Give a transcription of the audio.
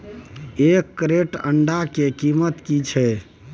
एक क्रेट अंडा के कीमत की छै?